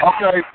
Okay